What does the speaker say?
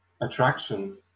attraction